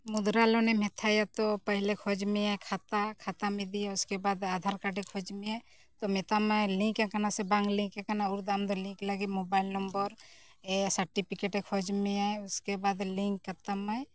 ᱢᱩᱫᱽᱨᱟ ᱞᱳᱱᱮᱢ ᱦᱟᱛᱟᱣᱟ ᱛᱚ ᱯᱮᱦᱞᱮ ᱠᱷᱚᱡ ᱢᱮᱭᱟᱭ ᱠᱷᱟᱛᱟ ᱠᱷᱟᱛᱟᱢ ᱤᱫᱤᱭᱟ ᱤᱥᱠᱮᱵᱟᱫ ᱟᱫᱷᱟᱨ ᱠᱟᱨᱰ ᱮ ᱠᱷᱚᱡ ᱢᱮᱭᱟᱭ ᱛᱚ ᱢᱮᱛᱟᱢᱟᱭ ᱞᱤᱝᱠ ᱟᱠᱟᱱᱟ ᱥᱮ ᱵᱟᱝ ᱞᱤᱝᱠ ᱟᱠᱟᱱᱟ ᱫᱚ ᱞᱤᱝᱠ ᱞᱟᱹᱜᱤᱫ ᱢᱳᱵᱟᱭᱤᱞ ᱱᱚᱢᱵᱚᱨ ᱮ ᱥᱟᱨᱴᱤᱯᱷᱤᱠᱮᱴ ᱮ ᱠᱷᱚᱡ ᱢᱮᱭᱟᱭ ᱩᱥᱠᱮ ᱵᱟᱫ ᱞᱤᱝᱠ ᱠᱟᱛᱟᱢᱟᱭ